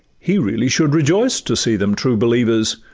he really should rejoice to see them true believers,